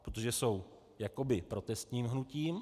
Protože jsou jakoby protestním hnutím.